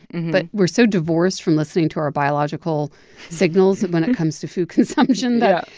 but we're so divorced from listening to our biological signals when it comes to food consumption that.